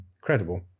credible